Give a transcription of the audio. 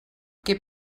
què